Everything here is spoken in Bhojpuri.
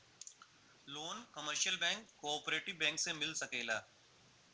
loan commercial bank cooperative bank से मिल सकेला